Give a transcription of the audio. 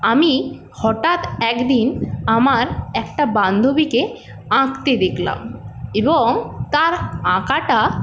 আমি হঠাৎ একদিন আমার একটা বান্ধবীকে আঁকতে দেখলাম এবং তার আঁকাটা